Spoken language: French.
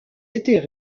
étaient